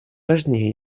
важнее